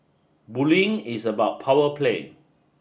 bullying is about power play